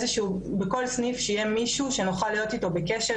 בכל סניף יהיה מישהו שנוכל להיות אתו בקשר,